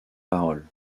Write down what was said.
parole